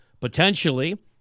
potentially